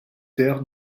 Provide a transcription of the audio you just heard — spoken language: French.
terre